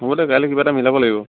ৰ'বদেই কালি কিবা এটা মিলাব লাগিব